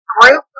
group